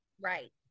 Right